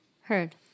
Heard